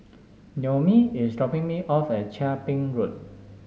Noemi is dropping me off at Chia Ping Road